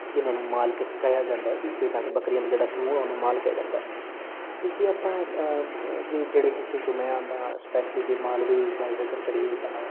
ਜਿਨ੍ਹਾਂ ਨੂੰ ਮਾਲਕੀਤ ਕਿਹਾ ਜਾਂਦਾ ਵੀ ਭੇਡਾਂ ਅਤੇ ਬੱਕਰੀਆਂ ਅਤੇ ਜਿਹੜਾ ਸਮੂਹ ਉਹਨੂੰ ਮਾਲ ਕਿਹਾ ਜਾਂਦਾ ਅਤੇ ਜੇ ਆਪਾਂ ਜੇ ਜਿਹੜੇ ਹਿੱਸੇ ਚੋਂ ਮੈਂ ਆਉਂਦਾ ਸਪੈਸ਼ਲੀ ਜੇ ਮਾਲਵੇ ਦਾ ਜ਼ਿਕਰ ਕਰੀਏ ਤਾਂ